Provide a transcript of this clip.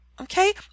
Okay